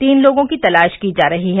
तीन लोगों की तलाश की जा रही है